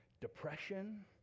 depression